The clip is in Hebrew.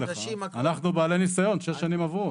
אנחנו בעלי ניסיון, שש שנים עברו.